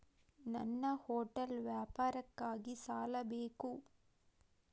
ನನ್ನ ಹೋಟೆಲ್ ವ್ಯಾಪಾರಕ್ಕಾಗಿ ಸಾಲ ಬೇಕು